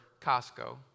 Costco